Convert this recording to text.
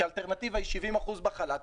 כי האלטרנטיבה היא 70% בחל"ת,